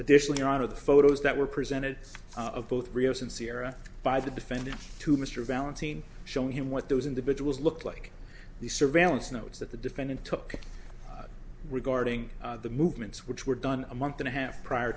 additionally your honor the photos that were presented of both rios and sierra by the defendant to mr balanchine showing him what those individuals looked like the surveillance notes that the defendant took regarding the movements which were done a month and a half prior